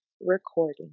Recording